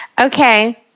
Okay